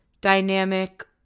dynamic